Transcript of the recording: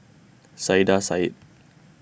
Saiedah Said